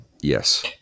Yes